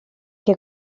che